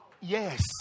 Yes